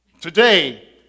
Today